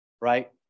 right